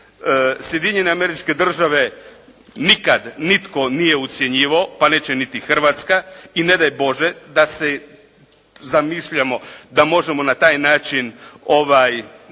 Sjedinjene Američke Države nikad nitko nije ucjenjivao pa neće niti Hrvatska i ne daj Bože da si zamišljamo da možemo na taj način